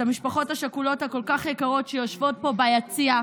את המשפחות השכולות הכל-כך יקרות שיושבות פה ביציע,